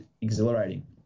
exhilarating